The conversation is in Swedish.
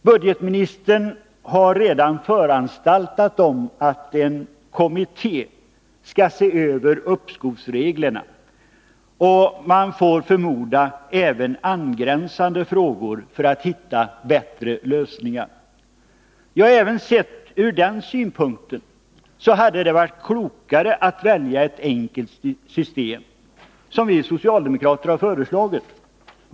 Budgetministern har redan föranstaltat om att en kommitté skall se över uppskovsreglerna — och även angränsande frågor, får man förmoda — för att hitta bättre lösningar. Även sett ur den synpunkten hade det varit klokare att välja ett enkelt system, som vi socialdemokrater föreslagit.